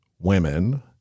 Women